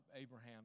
Abraham